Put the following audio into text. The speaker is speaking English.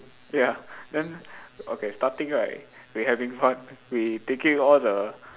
ya then okay starting right we having fun we taking all the